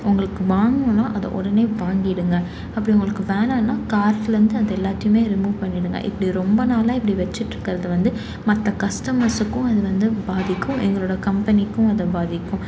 உங்களுக்கு வாங்கணுன்னால் அதை உடனே வாங்கிடுங்க அப்படி உங்களுக்கு வேணான்னால் கார்ட்லேருந்து அதை எல்லாத்தையுமே ரிமூவ் பண்ணிடுங்கள் இப்படி ரொம்ப நாளாக இப்படி வச்சுட்டுருக்கிறது வந்து மற்ற கஸ்டமர்ஸுக்கும் அது வந்து பாதிக்கும் எங்களோடய கம்பெனிக்கும் அது பாதிக்கும்